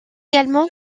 également